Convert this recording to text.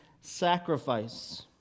sacrifice